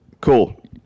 Cool